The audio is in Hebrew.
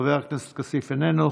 חבר הכנסת כסיף, איננו.